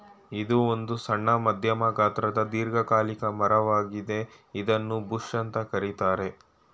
ಇದು ಒಂದು ಸಣ್ಣ ಮಧ್ಯಮ ಗಾತ್ರದ ದೀರ್ಘಕಾಲಿಕ ಮರ ವಾಗಿದೆ ಇದನ್ನೂ ಬುಷ್ ಅಂತ ಕರೀತಾರೆ